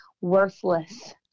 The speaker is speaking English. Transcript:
worthless